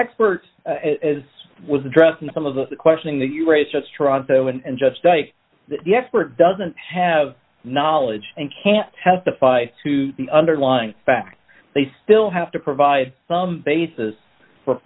experts as was addressing some of the questioning that you raise just tronto and just say yes we're doesn't have knowledge and can't testify to the underlying facts they still have to provide some basis for